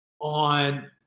on